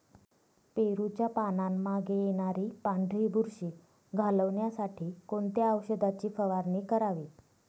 पेरूच्या पानांमागे येणारी पांढरी बुरशी घालवण्यासाठी कोणत्या औषधाची फवारणी करावी?